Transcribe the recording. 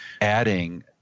adding